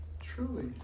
truly